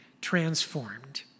transformed